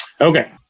Okay